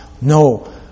No